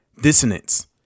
dissonance